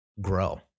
grow